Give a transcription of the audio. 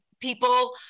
people